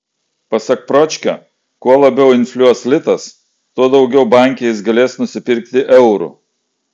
pasak pročkio kuo labiau infliuos litas tuo daugiau banke jis galės nusipirkti eurų